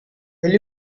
will